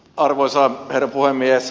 arvoisa herra puhemies